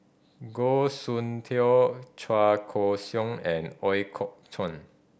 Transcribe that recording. Goh Soon Tioe Chua Ko Siong and Ooi Kok Chuan